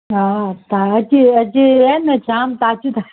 हा त अॼु अॼु आहे न जामु ताज़ियूं ता